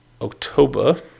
October